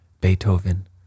Beethoven